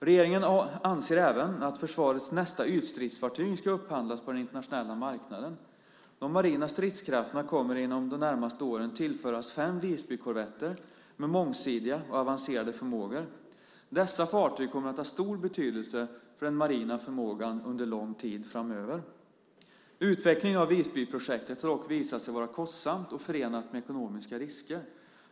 Regeringen anser även att försvarets nästa ytstridsfartyg ska upphandlas på den internationella marknaden. De marina stridskrafterna kommer inom de närmaste åren att tillföras fem Visbykorvetter med mångsidiga och avancerade förmågor. Dessa fartyg kommer att ha stor betydelse för den marina förmågan under lång tid framåt. Utvecklingen av Visbyprojektet har dock visat sig vara kostsamt och förenat med ekonomiska risker.